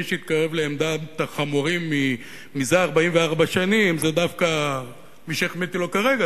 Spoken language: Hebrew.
מי שהתקרב לעמדת החמורים מזה 44 שנים זה דווקא מי שהחמאתי לו כרגע,